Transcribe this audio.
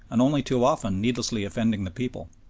and only too often needlessly offending the people.